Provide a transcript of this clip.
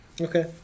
Okay